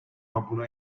buna